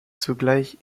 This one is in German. zugleich